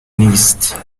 نیست